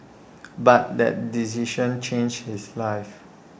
but that decision changed his life